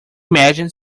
imagine